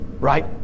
right